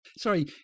Sorry